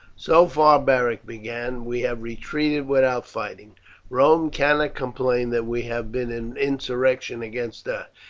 so far, beric began, we have retreated without fighting rome cannot complain that we have been in insurrection against her,